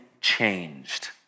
changed